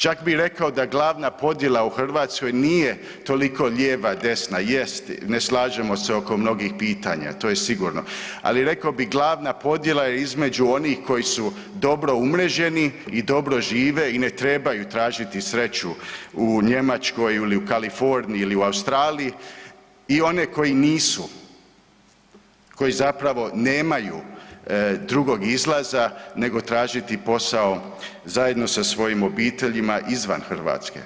Čak bi rekao da glavna podjela u Hrvatskoj nije toliko lijeva desna, jest ne slažemo se oko mnogih pitanja, to je sigurno, ali rekao bih glavna podjela je između onih koji su dobro umreženi i dobro žive i ne trebaju tražiti sreću u Njemačkoj ili u Kaliforniji ili u Australiji i one koji nisu, koji zapravo nemaju drugog izlaza nego tražiti posao zajedno sa svojim obiteljima izvan Hrvatske.